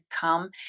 come